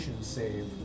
save